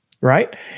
right